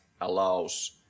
allows